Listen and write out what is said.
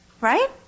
Right